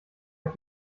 auf